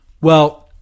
Well-